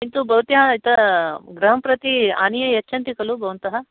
किन्तु भवत्याः गृहं प्रति आनीय यच्छन्ति खलु भवन्तः